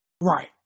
Right